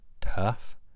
tough